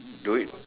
do it